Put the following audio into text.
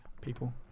people